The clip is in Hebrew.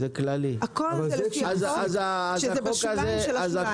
הכול זה לפי החוק כשזה בשוליים של השוליים.